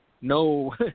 No